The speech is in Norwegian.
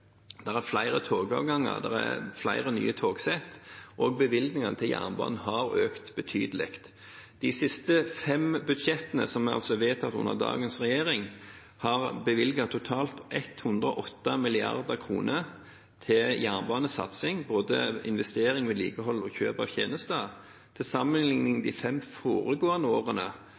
er flere togavganger, det er flere nye togsett, og bevilgningene til jernbanen har økt betydelig. De siste fem budsjettene, som altså er vedtatt under dagens regjering, har bevilget totalt 108 mrd. kr til jernbanesatsing, både investering, vedlikehold og kjøp av tjenester. Til sammenligning ble det i de fem foregående årene